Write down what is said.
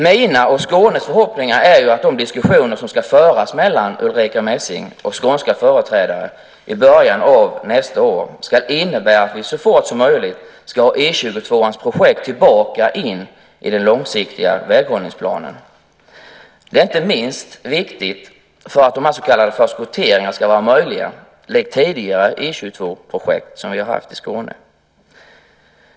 Mina och Skånes förhoppningar är att de diskussioner som ska föras mellan Ulrica Messing och skånska företrädare i början av nästa år ska innebära att vi så fort som möjligt ska få projektet med E 22 tillbaka in i den långsiktiga väghållningsplanen. Det är inte minst viktigt för att de så kallade förskotteringarna ska vara möjliga likt tidigare E 22-projekt vi har haft i Skåne.